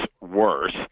worse